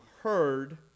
heard